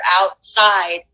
outside